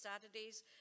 Saturdays